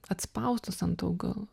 atspaustos ant augal